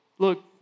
Look